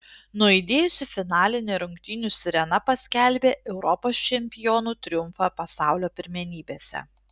nuaidėjusi finalinė rungtynių sirena paskelbė europos čempionų triumfą pasaulio pirmenybėse